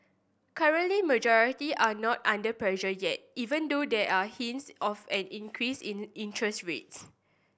currently majority are not under pressure yet even though there are hints of an increase in interest rates